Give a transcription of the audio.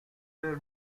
the